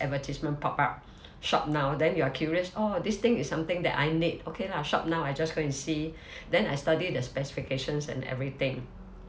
advertisement pop up shop now then you are curious orh this thing is something that I need okay lah shop now I just go and see then I study the specifications and everything